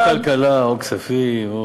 או כלכלה או כספים.